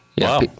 Wow